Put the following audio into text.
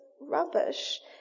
rubbish